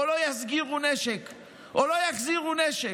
או אם לא יסגירו נשק או לא יחזירו נשק.